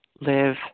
live